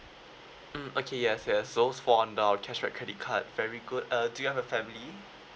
mm okay yes yes those for on our charge your credit card very good uh do you have a family